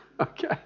Okay